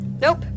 Nope